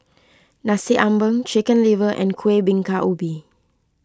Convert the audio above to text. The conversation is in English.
Nasi Ambeng Chicken Liver and Kuih Bingka Ubi